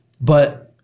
But-